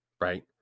right